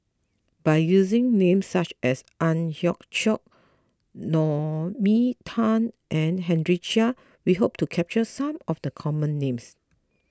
by using names such as Ang Hiong Chiok Naomi Tan and Henry Chia we hope to capture some of the common names